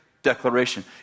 declaration